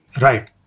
Right